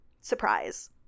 Surprise